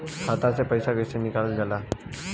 खाता से पैसा कइसे निकालल जाला?